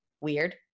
weird